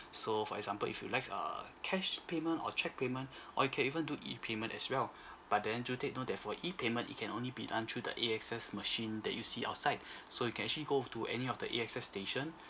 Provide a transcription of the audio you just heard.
so for example if you like err cash payment or cheque payment or you can even do e payment as well but then do take note that for e payment it can only be uh through the A_X_S machine that you see outside so can actually go to any of the A_X_S station